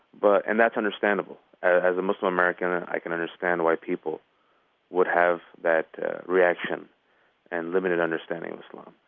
but and that's understandable. as a muslim-american, and i can understand why people would have that reaction and limited understanding of islam.